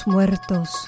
Muertos